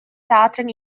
theatern